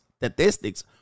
statistics